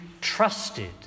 trusted